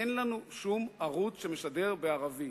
אין לנו שום ערוץ שמשדר בערבית.